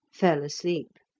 fell asleep.